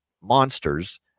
monsters